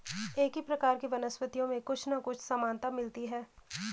एक ही प्रकार की वनस्पतियों में कुछ ना कुछ समानता मिलती है